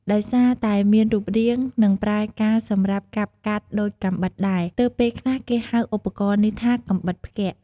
ដោយសារតែមានរូបរាង និងប្រើការសម្រាប់កាប់កាត់ដូចកាំបិតដែរ ទើបពេលខ្លះគេហៅឧបករណ៍នេះថា "កាំបិតផ្គាក់" ។